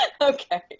Okay